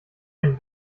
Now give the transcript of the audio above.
einen